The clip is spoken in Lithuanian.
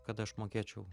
kad aš mokėčiau